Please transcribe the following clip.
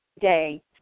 day